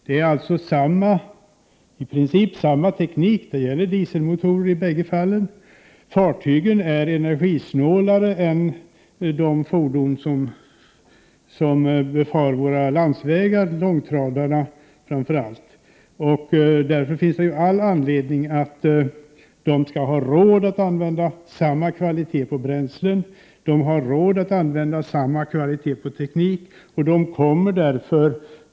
Det är således i princip fråga om samma teknik. I bägge fallen handlar det om dieselmotorer. Men fartygen är energisnålare än de fordon som befar våra landsvägar. Jag tänker då framför allt på långtradarna. Därför finns det all anledning att se till att lastbilsägarna har råd att använda samma kvalitativa bränsle. De har ju råd att använda sig av samma kvalitativa teknik.